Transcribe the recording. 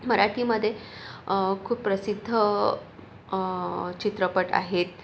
मराठीमध्ये खूप प्रसिद्ध चित्रपट आहेत